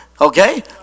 Okay